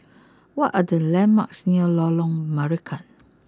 what are the landmarks near Lorong Marican